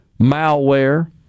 malware